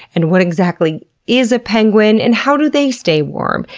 and what exactly is a penguin, and how do they stay warm,